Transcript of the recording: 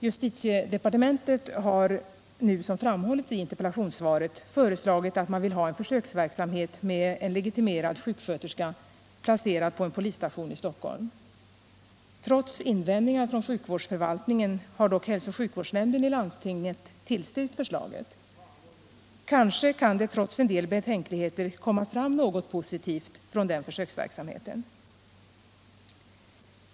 Justitiedepartementet .har nu, som framhållits i interpellationssvaret, föreslagit att man skall ha en försöksverksamhet med en legitimerad sjuksköterska placerad på en polisstation i Stockholm. Trots invändningar från sjukvårdsförvaltningen har hälsooch sjukvårdsnämnden i landstinget tillstyrkt förslaget. Kanske kan det trots en del betänkligheter komma fram något positivt från den försöksverksamheten.